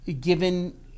given